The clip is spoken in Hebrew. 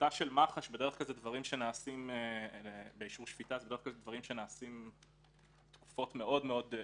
החלטה של מח"ש באישור שפיטה זה דברים שנעשים בתקופות מאוד מצומצמות.